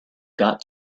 got